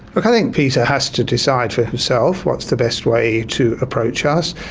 but i think peter has to decide for himself what's the best way to approach us.